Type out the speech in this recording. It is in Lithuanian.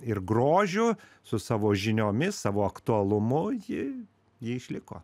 ir grožiu su savo žiniomis savo aktualumu ji ji išliko